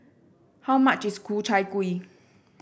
how much is Ku Chai Kueh